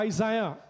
Isaiah